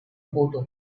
photo